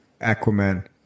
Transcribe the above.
Aquaman